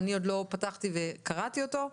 אני עוד לא פתחתי וקראתי אותו,